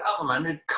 government